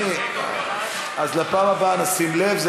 אדוני, אז בפעם הבאה נשים לב.